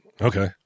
okay